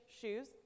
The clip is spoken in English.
shoes